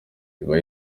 iba